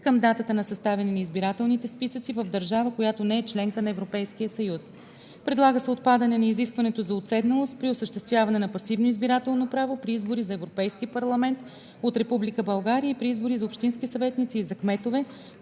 към датата на съставяне на избирателните списъци в държава, която не е членка на Европейския съюз. Предлага се отпадане на изискването за уседналост при осъществяване на пасивното избирателно право при избори за Европейски парламент от Република България и при избори за общински съветници и за кметове,